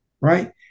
right